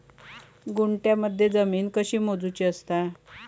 गुंठयामध्ये जमीन कशी मोजूची असता?